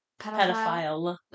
Pedophile